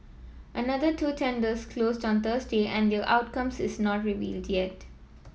another two tenders closed on Thursday and their outcome is not revealed yet